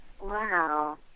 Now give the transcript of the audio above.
wow